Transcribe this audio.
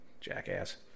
Jackass